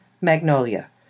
Magnolia